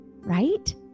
right